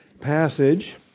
passage